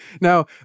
Now